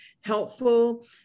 helpful